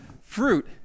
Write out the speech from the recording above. fruit